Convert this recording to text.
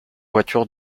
voiture